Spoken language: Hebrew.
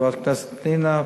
חברת הכנסת פנינה,